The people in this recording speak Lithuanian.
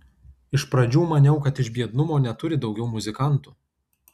iš pradžių maniau kad iš biednumo neturi daugiau muzikantų